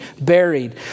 buried